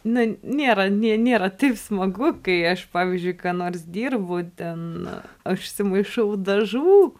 na nėra nė nėra taip smagu kai aš pavyzdžiui ką nors dirbu ten aš įsimaišau dažų